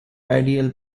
ideal